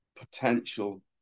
potential